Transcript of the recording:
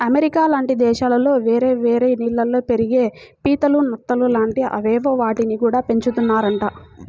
America లాంటి దేశాల్లో వేరే వేరే నీళ్ళల్లో పెరిగే పీతలు, నత్తలు లాంటి అవేవో వాటిని గూడా పెంచుతున్నారంట